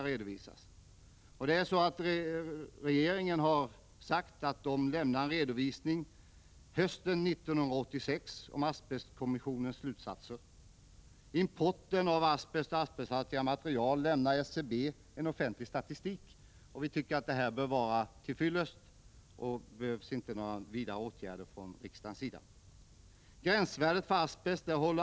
Regeringen har sagt att en redovisning kommer att lämnas hösten 1986 om asbestkommissionens slutsatser. Om importen av asbest och asbesthaltiga material lämnar SCB en offentlig statistik. Vi tycker att det här bör vara till fyllest och att det inte behövs några vidare åtgärder från riksdagens sida.